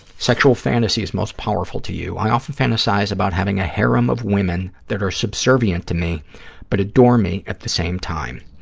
sexual fantasies most powerful to you. i often fantasize about having a harem of women that are subservient to me but adore me at the same time.